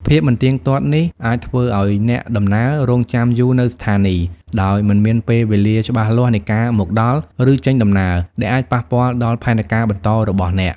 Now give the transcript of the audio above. ភាពមិនទៀងទាត់នេះអាចធ្វើឱ្យអ្នកដំណើរ រង់ចាំយូរនៅស្ថានីយ៍ ដោយមិនមានពេលវេលាច្បាស់លាស់នៃការមកដល់ ឬចេញដំណើរ ដែលអាចប៉ះពាល់ដល់ផែនការបន្តរបស់អ្នក។